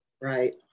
Right